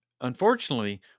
unfortunately